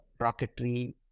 rocketry